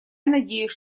надеюсь